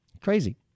Crazy